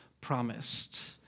promised